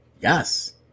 yes